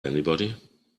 anybody